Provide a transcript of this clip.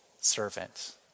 servant